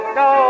no